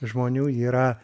žmonių yra